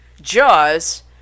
Jaws